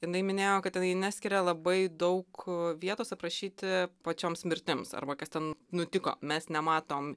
jinai minėjo kad ten ji neskiria labai daug vietos aprašyti pačioms mirtims arba kas ten nutiko mes nematom